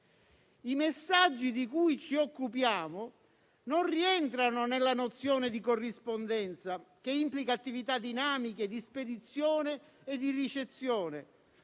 I messaggi di cui ci occupiamo non rientrano nella nozione di corrispondenza, che implica attività dinamiche di spedizione e di ricezione,